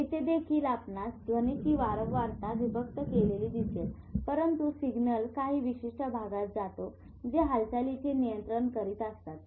येथे देखील आपणास ध्वनीची वारंवारता विभक्त केलेली दिसेल परंतु सिग्नल काही विशिष्ट भागात जातो जे हालचालीचे नियंत्रित करत असतात